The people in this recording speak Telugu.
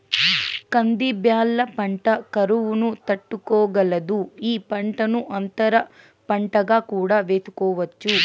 కంది బ్యాళ్ళ పంట కరువును తట్టుకోగలదు, ఈ పంటను అంతర పంటగా కూడా వేసుకోవచ్చు